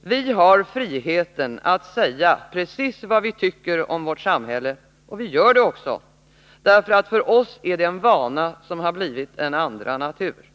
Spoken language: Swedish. Vi har friheten att säga precis vad vi tycker om vårt samhälle, och vi gör det också, därför att för oss är det en vana som har blivit en andra natur.